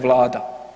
Vlada.